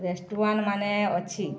restaurant ମାନେ ଅଛି